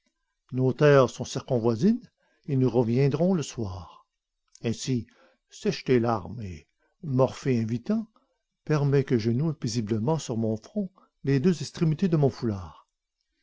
nos terres sont circonvoisines et nous reviendrons le soir ainsi sèche tes larmes et morphée invitant permets que je noue paisiblement sur mon front les deux extrémités de mon foulard